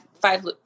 five